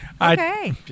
Okay